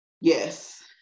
Yes